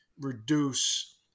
reduce